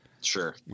Sure